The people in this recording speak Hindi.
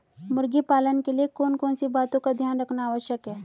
मुर्गी पालन के लिए कौन कौन सी बातों का ध्यान रखना आवश्यक है?